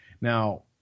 Now